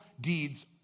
deeds